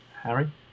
Harry